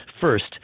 First